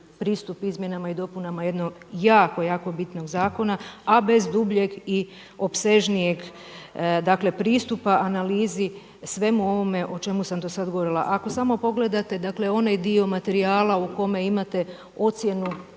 pristup izmjenama i dopunama jednog jako, jako bitnog zakona a bez dubljeg i opsežnijeg dakle pristupa analizi svemu ovome o čemu sam do sada govorila. Ako samo pogledate dakle onaj dio materijala u kome imate ocjenu